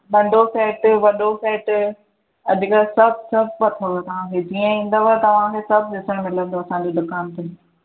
नंढो सैट वॾो सैट अॼुकल्ह सभु सभु अथव तव्हांखे जीअं ईंदव तव्हांखे सभु ॾिसण मिलंदो असांजी दुकान ते